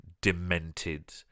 demented